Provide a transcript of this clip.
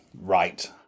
Right